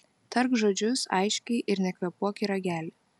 tark žodžius aiškiai ir nekvėpuok į ragelį